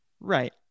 Right